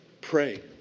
pray